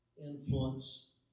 influence